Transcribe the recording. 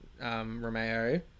Romeo